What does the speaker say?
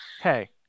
Hey